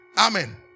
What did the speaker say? Amen